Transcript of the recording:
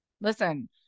Listen